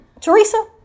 Teresa